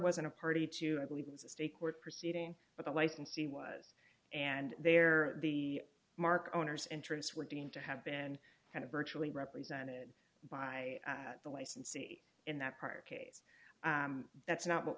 wasn't a party to i believe it was a state court proceeding but the licensee was and there the mark owners entrance were deemed to have been kind of virtually represented by the licensee in that part case that's not what